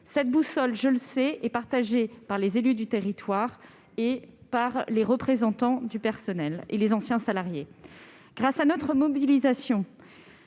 Cette boussole, je le sais, est aussi celle des élus du territoire, des représentants du personnel et des anciens salariés. Grâce à notre mobilisation,